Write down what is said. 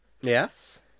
Yes